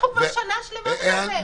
אנחנו כבר שנה שלמה בתוך האירוע.